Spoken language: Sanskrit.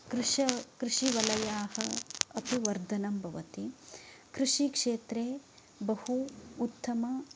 कृष कृषिवलयाः अपि वर्धनं बवति कृषि क्षेत्रे बहु उत्तम